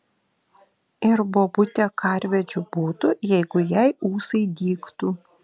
ir bobutė karvedžiu būtų jeigu jai ūsai dygtų